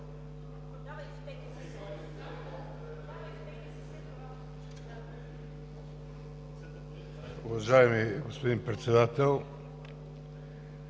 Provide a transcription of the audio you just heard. Уважаеми господин Председател,